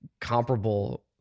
comparable